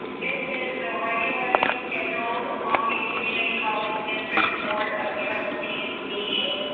this is the regularly scheduled long beach community college district board of trustees meeting.